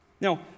Now